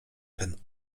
ten